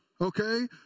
okay